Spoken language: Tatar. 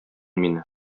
мине